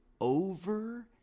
over